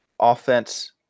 offense